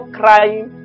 crying